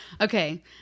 Okay